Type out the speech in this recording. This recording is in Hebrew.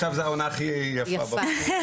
עכשיו זו העונה הכי יפה בבקעה.